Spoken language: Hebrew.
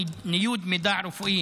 ניוד מידע רפואי